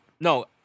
no